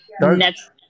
next